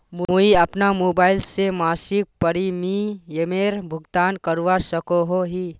मुई अपना मोबाईल से मासिक प्रीमियमेर भुगतान करवा सकोहो ही?